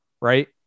right